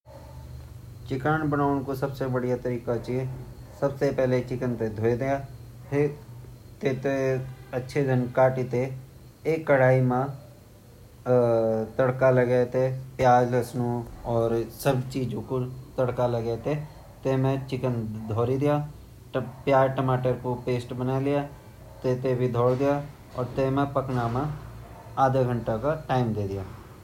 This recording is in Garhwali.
पहली मुर्गा ते ध्वे दया अर वेते काटिते ध्वे दया अर ध्वे ते वेगु पाणी निखार दया अर पाणी निखारिते वेगु हम बड़ोदा छोंका, छोंका बनेते वेमा सब कुछ डॉन प्याज़ टमाटर वगेरा सब अर वेमा मुर्गा ढाईते फुल फ्राई करिते थोड़ा देर ऊबाईते कटोरा माँ सर्वे कर दया।